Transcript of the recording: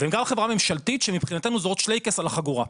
והם גם חברה ממשלתית שמבחינתנו זה עוד שלייקעס על החגורה,